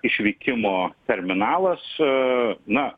išvykimo terminalas na